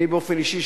אני באופן אישי,